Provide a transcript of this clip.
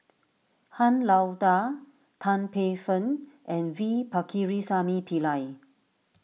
Han Lao Da Tan Paey Fern and V Pakirisamy Pillai